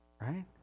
right